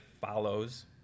follows